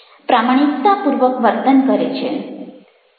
પ્રામાણિકતાપૂર્વક વર્તન કરે છે